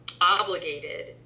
obligated